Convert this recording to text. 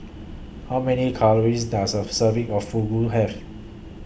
How Many Calories Does A Serving of Fugu Have